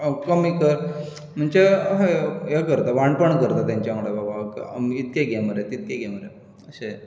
कमी कर म्हणचे अहें वाणपण करतात ताचें वांगडा इतके घे मरे तितके घे मरे अशे